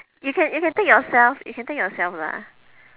you can you can take yourself you can take yourself lah